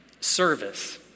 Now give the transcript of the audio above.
Service